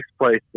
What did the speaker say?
place